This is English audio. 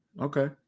okay